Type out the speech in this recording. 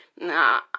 nah